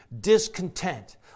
Discontent